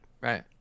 right